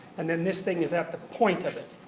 and then this thing is at the point of it.